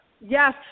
Yes